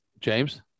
James